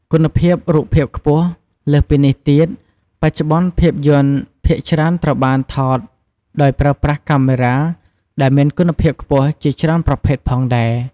គុណភាពរូបភាពខ្ពស់ លើសពីនេះទៀត បច្ចុប្បន្នភាពយន្តភាគច្រើនត្រូវបានថតដោយប្រើប្រាស់កាមេរ៉ាដែលមានគុណភាពខ្ពស់ជាច្រើនប្រភេទផងដែរ ។